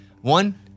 One